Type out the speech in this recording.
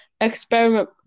Experiment